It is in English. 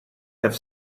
have